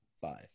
five